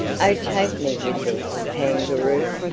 o take me with thee, kangaroo!